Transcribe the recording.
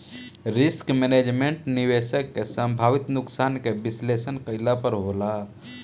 risk management, निवेशक के संभावित नुकसान के विश्लेषण कईला पर होला